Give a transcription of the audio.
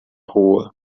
rua